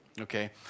Okay